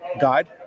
guide